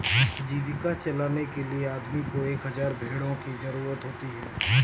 जीविका चलाने के लिए आदमी को एक हज़ार भेड़ों की जरूरत होती है